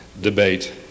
debate